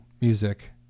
music